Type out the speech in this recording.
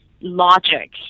logic